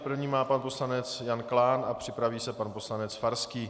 První má pan poslanec Jan Klán a připraví se pan poslanec Farský.